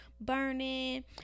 burning